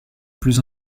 plus